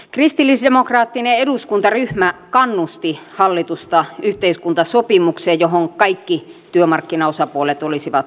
kristillisdemokraattinen eduskuntaryhmä kannusti hallitusta yhteiskuntasopimukseen johon kaikki työmarkkinaosapuolet olisivat sitoutuneet